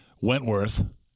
Wentworth